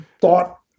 thought